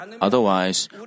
Otherwise